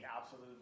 absolute